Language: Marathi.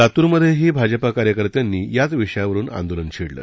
लातूरमध्येही भाजपा कार्यकर्त्यांनी याच विषयावरुन आंदोलन छेडलं